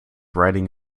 riding